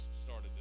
started